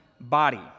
body